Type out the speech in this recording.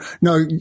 No